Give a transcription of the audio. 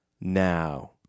now